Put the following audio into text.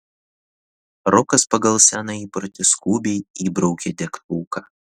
rokas pagal seną įprotį skubiai įbraukė degtuką